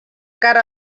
cara